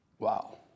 Wow